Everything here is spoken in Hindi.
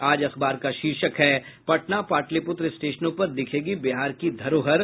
आज अखबार का शीर्षक है पटना पाटलिप्त्र स्टेशनों पर दिखेगी बिहार की धरोहर